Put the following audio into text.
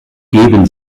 geben